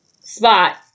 spot